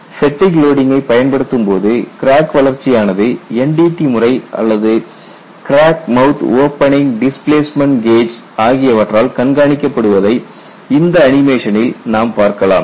fatigue லோடிங்கை பயன்படுத்தும்போது crack வளர்ச்சியானது NDT முறை அல்லது crack mouth opening displacement gauge ஆகியவற்றால் கண்காணிக்கப் படுவதை இந்த அனிமேஷனில் நாம் பார்க்கலாம்